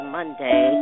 Monday